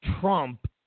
Trump